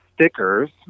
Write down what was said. stickers